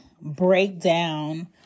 breakdown